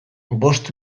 bost